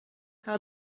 how